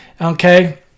okay